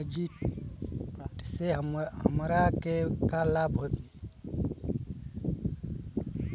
डिपाजिटसे हमरा के का लाभ होई?